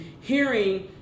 hearing